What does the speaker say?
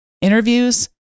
interviews